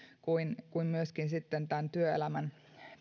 kuin kuin myöskin sitten työelämän